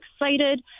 excited